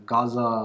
Gaza